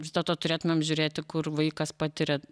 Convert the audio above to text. vis dėlto turėtumėm žiūrėti kur vaikas patiria